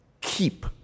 keep